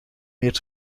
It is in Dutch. meer